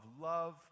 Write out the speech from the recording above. love